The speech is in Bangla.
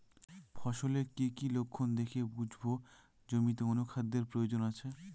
ফসলের কি কি লক্ষণ দেখে বুঝব জমিতে অনুখাদ্যের প্রয়োজন আছে?